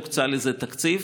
הוקצה לזה תקציב,